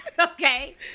okay